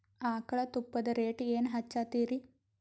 ಆಕಳ ತುಪ್ಪದ ರೇಟ್ ಏನ ಹಚ್ಚತೀರಿ?